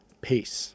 peace